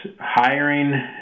hiring